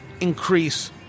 increase